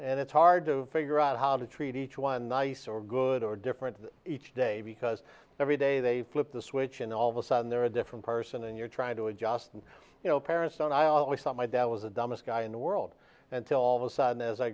and it's hard to figure out how to treat each one nice or good or different each day because every day they flip the switch and all of a sudden they're a different person and you're trying to adjust and you know parents and i always thought my dad was the dumbest guy in the world until all of a sudden as i